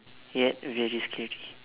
yet very scary